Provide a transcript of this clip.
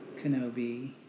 Kenobi